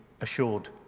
assured